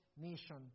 nation